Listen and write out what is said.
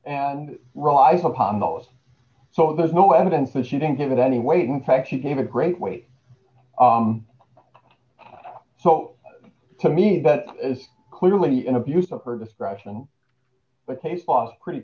and relies upon those so there's no evidence that she didn't give it any weight in fact she gave a great weight so to me that is clearly an abuse of her discretion